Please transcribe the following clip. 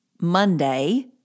Monday